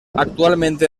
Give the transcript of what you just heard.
actualmente